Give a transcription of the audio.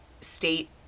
state